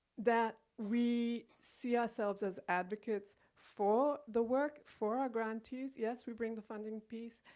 that we see ourselves as advocates for the work, for our grantees. yes, we bring the funding piece,